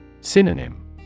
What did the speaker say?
Synonym